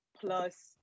plus